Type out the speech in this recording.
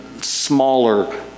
smaller